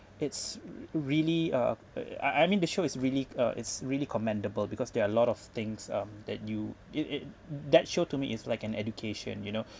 it's really a I I mean the show is really uh it's really commendable because there are a lot of things um that you it it that show to me it's like an education you know